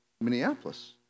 Minneapolis